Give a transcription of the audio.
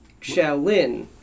Shaolin